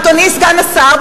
אדוני סגן השר,